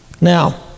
Now